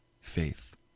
faith